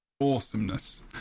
Awesomeness